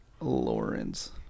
Lawrence